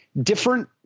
different